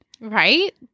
Right